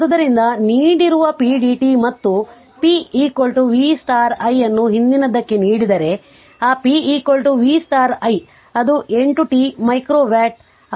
ಆದ್ದರಿಂದ ನೀಡಿರುವ pdt ಮತ್ತು p v i ಅನ್ನು ಹಿಂದಿನದಕ್ಕೆ ನೀಡಿದರೆ ಆ p v i ಅದು 8 t ಮೈಕ್ರೋ ವ್ಯಾಟ್